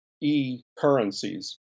e-currencies